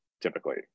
typically